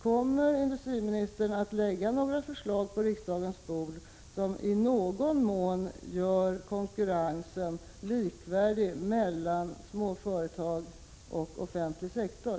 Kommer industriministern att lägga några förslag på riksdagens bord som i någon mån gör konkurrensen likvärdig mellan småföretag och offentlig sektor?